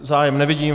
Zájem nevidím.